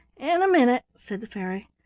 in a minute! said the fairy.